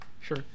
Sure